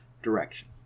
direction